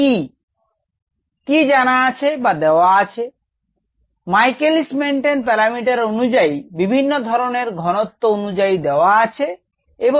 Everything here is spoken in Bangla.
কি জানা আছে বা দেওয়া আছে Michaelis Menten প্যারামিটার অনুযায়ী বিভিন্ন ইনহিবিটর এর ঘনত্ব অনুযায়ী V m ও K m দেওয়া আছে